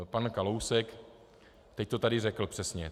Pan Kalousek to teď tady řekl přesně.